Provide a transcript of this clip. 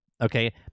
okay